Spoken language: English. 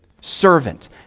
Servant